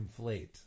conflate